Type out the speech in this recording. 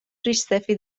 ریشسفید